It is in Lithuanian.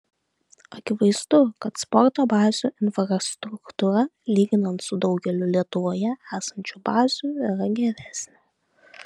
akivaizdu kad sporto bazių infrastruktūra lyginant su daugeliu lietuvoje esančių bazių yra geresnė